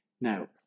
Now